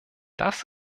das